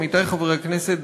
עמיתי חברי הכנסת,